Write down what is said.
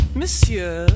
monsieur